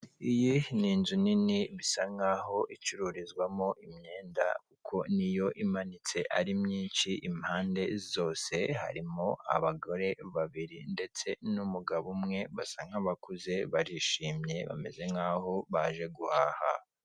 Iyi ni inzu nini bisa nkaho icururizwamo imyenda, kuko niyo imanitse ari myinshi impande zose, harimo abagore babiri ndetse n'umugabo umwe, basa nk'abakuze barishimye bameze nkaho baje guhaha.